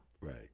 right